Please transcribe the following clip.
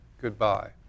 goodbye